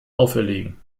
auferlegen